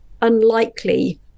unlikely